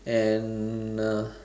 and uh